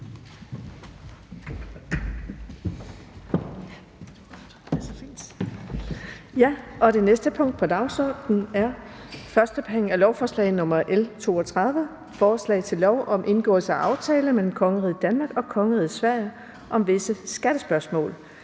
Det næste punkt på dagsordenen er: 7) 1. behandling af lovforslag nr. L 32: Forslag til lov om indgåelse af aftale mellem Kongeriget Danmark og Kongeriget Sverige om visse skattespørgsmål.